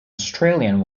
australian